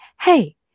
hey